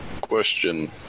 Question